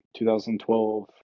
2012